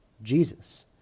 Jesus